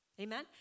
amen